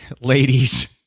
ladies